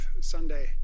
Sunday